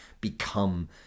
become